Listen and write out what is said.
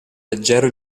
leggero